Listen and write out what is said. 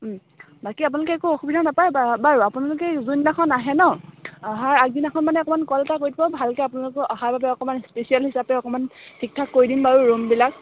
বাকী আপোনালোকে একো অসুবিধা নাপায় বা বাৰু আপোনালোকে যোন দিনাখন আহে ন অহাৰ আগদিনাখন মানে অকণমান কল এটা কৰি দিব ভালকৈ আপোনালোকক অহাৰ বাবে অকণমান স্পেচিয়েল হিচাপে অকণমান ঠিক থাক কৰি দিম বাৰু ৰুমবিলাক